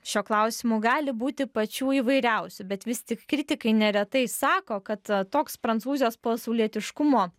šiuo klausimu gali būti pačių įvairiausių bet vis tik kritikai neretai sako kad toks prancūzijos pasaulietiškumo